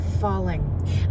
falling